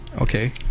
Okay